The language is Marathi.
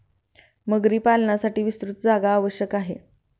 मगरी पालनासाठी विस्तृत जागा आवश्यक आहे